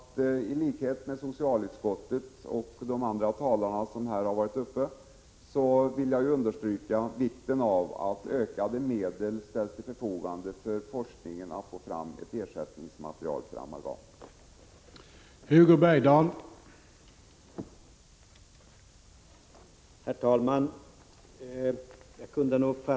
Tlikhet med socialutskottet och de andra talarna i den här debatten vill jag understryka vikten av att ökade medel ställs till förfogade för forskningen när det gäller att få fram ett material som kan ersätta amalgam.